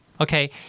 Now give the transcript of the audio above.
Okay